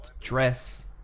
dress